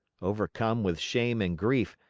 overcome with shame and grief,